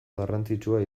garrantzitsua